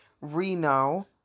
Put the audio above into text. Reno